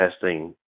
testing